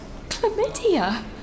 chlamydia